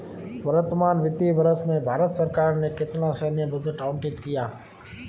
वर्तमान वित्तीय वर्ष में भारत सरकार ने कितना सैन्य बजट आवंटित किया?